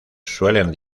suelen